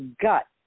gut